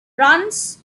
runs